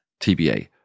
tba